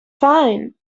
fine